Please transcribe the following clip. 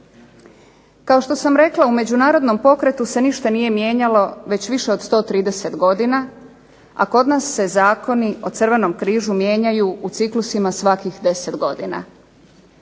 Kao što sam rekla, u međunarodnom pokretu se ništa nije mijenjalo već više od 130 godina, a kod nas se zakoni o Crvenom križu mijenjaju u ciklusima svakih 10 godina.